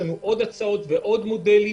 הר"י.